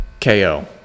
KO